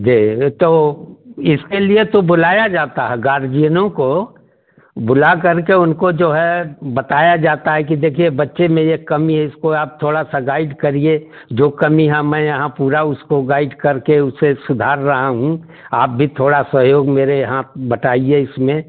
जी तो इसके लिए तो बुलाया जाता है गार्जियनों को बुला करके उनको जो है बताया जाता है कि देखिए बच्चे में ये कमी है इसको आप थोड़ा सा गाइड करिए जो कमी है मैं यहाँ पूरा उसको गाइड करके उसे सुधार रहा हूँ आप भी थोड़ा सहयोग मेरे यहाँ बटाइए इसमें